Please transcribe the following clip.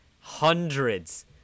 hundreds